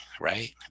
right